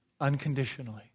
unconditionally